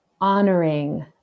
honoring